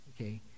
okay